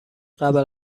قبل